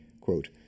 Quote